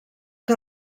que